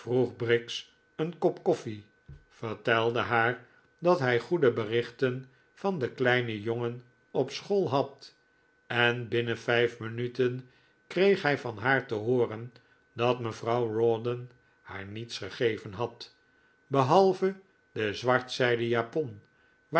briggs een kop koffie vertelde haar dat hij goede berichten van den kleinen jongen op school had en binnen vijf minuten kreeg hij van haar te hooren dat mevrouw rawdon haar niets gegeven had behalve de zwartzijden japon